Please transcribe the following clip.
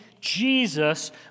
Jesus